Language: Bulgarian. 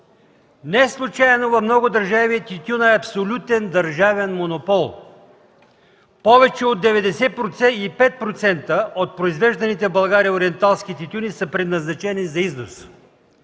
Неслучайно в много държави тютюнът е абсолютен държавен монопол. Повече от 95% от произвежданите в България ориенталски тютюни са предназначени за износ.